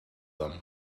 them